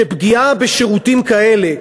שפגיעה בשירותים כאלה,